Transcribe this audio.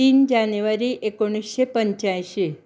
तीन जानेवारी एकूणशें पंचायशीं